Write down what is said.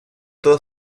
toda